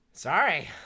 Sorry